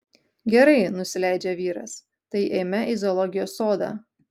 gerai nusileidžia vyras tai eime į zoologijos sodą